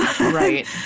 Right